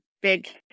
big